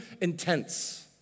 intense